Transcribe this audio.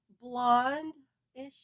blonde-ish